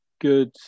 good